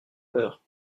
peur